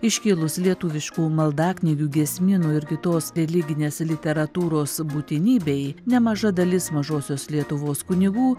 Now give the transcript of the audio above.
iškilus lietuviškų maldaknygių giesmynų ir kitos religinės literatūros būtinybei nemaža dalis mažosios lietuvos kunigų